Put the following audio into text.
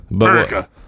America